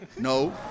No